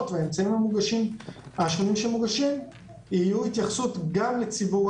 והאמצעים השונים שמוגשים תהיה התייחסות גם לציבור